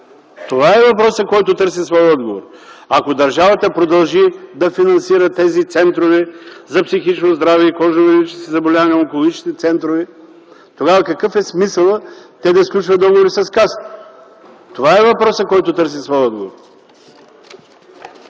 Това е въпросът, който търси своя отговор. Ако държавата продължи да финансира тези центрове за психично здраве и кожно-венерически заболявания и онкологични центрове, тогава какъв е смисълът те да сключват договори с Касата? Това е въпросът, който търси своя отговор.